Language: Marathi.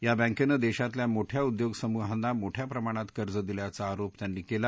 या बँकेनं देशातल्या मोठ्या उद्योग समूहांना मोठ्या प्रमाणात कर्ज दिल्याचा आरोप त्यांनी केला